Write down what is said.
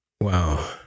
Wow